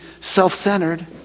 self-centered